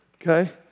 Okay